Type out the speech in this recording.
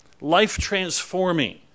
life-transforming